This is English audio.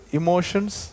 emotions